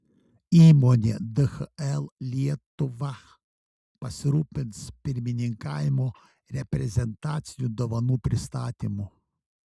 įmonė dhl lietuva pasirūpins pirmininkavimo reprezentacinių dovanų pristatymu